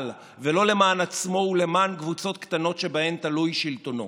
ולא למען עצמו ולמען קבוצות קטנות שבהן תלוי שלטונו.